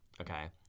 okay